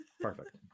perfect